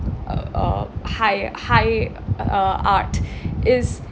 uh uh high high uh art is